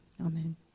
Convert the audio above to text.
amen